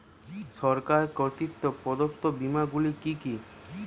সরকার কর্তৃক প্রদত্ত বিমা গুলি কি কি?